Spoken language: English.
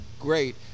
great